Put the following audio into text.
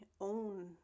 own